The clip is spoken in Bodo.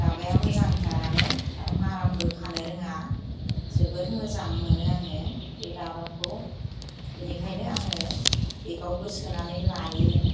दाबाया मोजांथारानो आरो मारामबो खानो रोङा जोबोद मोजां मोनो आङो बे दाबाखौ बेनिखायनो आङो बेगावबो सोनानै लायो